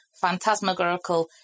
Phantasmagorical